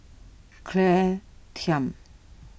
Claire Tham